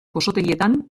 gozotegietan